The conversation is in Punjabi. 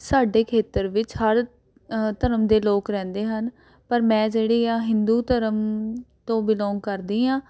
ਸਾਡੇ ਖੇਤਰ ਵਿੱਚ ਹਰ ਧਰਮ ਦੇ ਲੋਕ ਰਹਿੰਦੇ ਹਨ ਪਰ ਮੈਂ ਜਿਹੜੀ ਆ ਹਿੰਦੂ ਧਰਮ ਤੋਂ ਬੀਲੌਂਗ ਕਰਦੀ ਹਾਂ